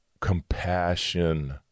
compassion